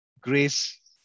grace